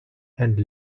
and